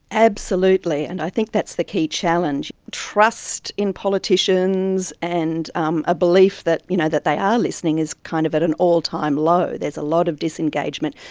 absolutely, and i think that's the key challenge trust in politicians and um a belief that you know that they are listening is kind of at an all-time low. there's a lot of disengagement,